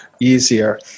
easier